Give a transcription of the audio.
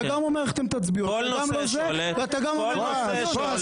אתה גם אומר איך אתם תצביעו ואתה גם הולך נגד